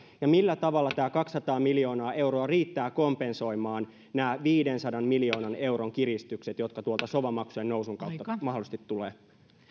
ja millä tavalla tämä kaksisataa miljoonaa euroa riittää kompensoimaan nämä viidensadan miljoonan euron kiristykset jotka sova maksujen nousun kautta mahdollisesti